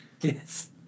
Yes